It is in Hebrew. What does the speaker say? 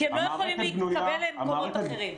כי הם לא יכולים להתקבל למקומות אחרים.